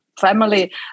family